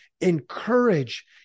encourage